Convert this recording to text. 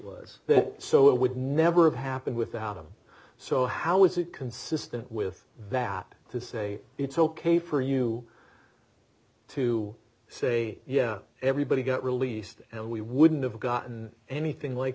was that so it would never have happened without them so how is it consistent with that to say it's ok for you to say yeah everybody got released and we wouldn't have gotten anything like